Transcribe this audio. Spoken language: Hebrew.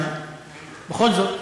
אבל בכל זאת.